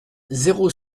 zéro